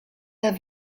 der